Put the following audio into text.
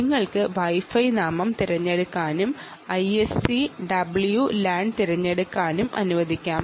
നിങ്ങൾക്ക് വൈഫൈയുടെ പേര് തിരഞ്ഞെടുക്കാനും ISCWlan തിരഞ്ഞെടുക്കാനും അനുവദിക്കാം